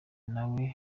nawe